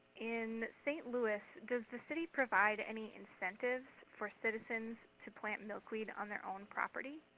in st. louis, does the city provide any incentives for citizens to plant milkweed on their own property?